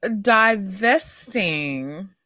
divesting